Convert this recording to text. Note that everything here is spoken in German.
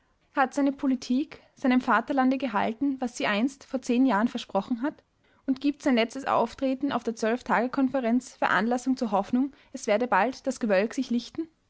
hat seine politik seinem vaterlande gehalten was sie einst vor zehn jahren versprochen hat und gibt sein letztes auftreten auf der zwölftagekonferenz veranlassung zur hoffnung es werde bald das gewölk sich lichten